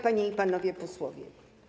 Panie i Panowie Posłowie!